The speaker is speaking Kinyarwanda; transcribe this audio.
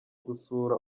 gusura